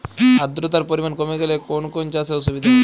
আদ্রতার পরিমাণ কমে গেলে কোন কোন চাষে অসুবিধে হবে?